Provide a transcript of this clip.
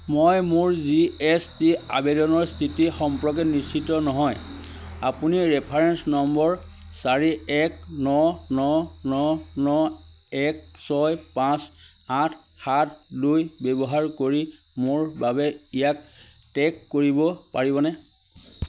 মই মোৰ G S T আবেদনৰ স্থিতি সম্পৰ্কে নিশ্চিত নহয় আপুনি ৰেফাৰেন্স নম্বৰ চাৰি এক ন ন ন ন এক ছয় পাঁচ আঠ সাত দুই ব্যৱহাৰ কৰি মোৰ বাবে ইয়াক ট্ৰেক কৰিব পাৰিবনে